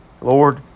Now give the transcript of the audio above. Lord